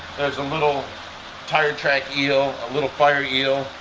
there's a little tire track eel, a little fire eel,